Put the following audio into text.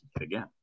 again